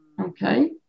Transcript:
okay